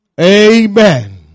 Amen